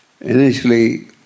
Initially